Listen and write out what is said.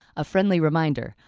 a friendly reminder,